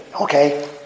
Okay